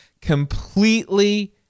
completely